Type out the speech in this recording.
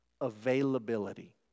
availability